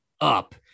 up